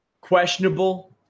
questionable